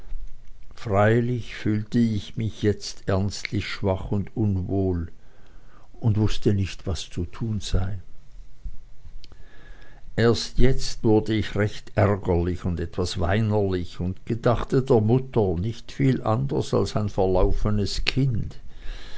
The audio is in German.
freilich fühlte ich mich jetzt ernstlich schwach und unwohl und wußte nicht was zu tun sei erst jetzt wurde ich recht ärgerlich und etwas weinerlich und gedachte der mutter nicht viel anders als ein verlaufenes kind